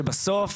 שבסוף